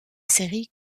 série